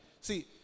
see